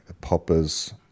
Popper's